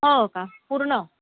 हो का पूर्ण